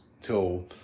till